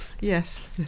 yes